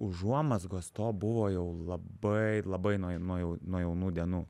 užuomazgos to buvo jau labai labai nuo nuo jau nuo jaunų dienų